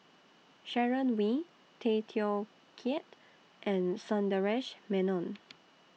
Sharon Wee Tay Teow Kiat and Sundaresh Menon